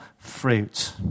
Fruit